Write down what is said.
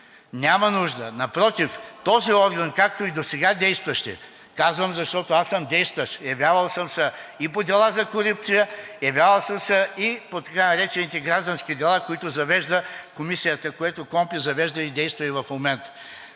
няма нужда. Напротив, този орган, както и досега действащият, казвам, защото съм действащ, явявал съм се и по дела за корупция, явявал съм се и по така наречените граждански дела, които завежда Комисията, което КПКОНПИ завежда и действа и в момента.